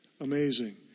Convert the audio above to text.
Amazing